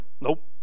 nope